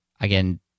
again